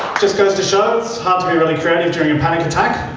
just goes to show it's hard to be really creative during a panic attack.